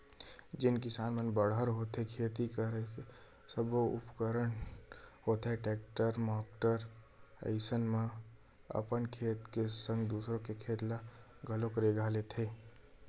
जेन किसान मन बड़हर होथे खेती करे के सब्बो उपकरन होथे टेक्टर माक्टर अइसन म अपन खेत के संग दूसर के खेत ल घलोक रेगहा लेथे